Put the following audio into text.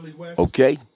Okay